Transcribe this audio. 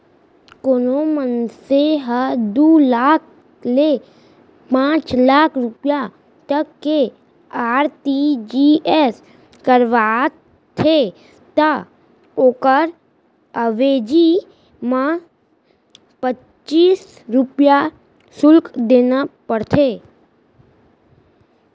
कोनों मनसे ह दू लाख ले पांच लाख रूपिया तक के आर.टी.जी.एस करावत हे त ओकर अवेजी म पच्चीस रूपया सुल्क देना परथे